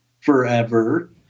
forever